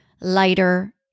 lighter